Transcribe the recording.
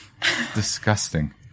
Disgusting